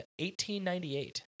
1898